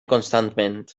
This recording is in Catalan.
constantment